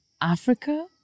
Africa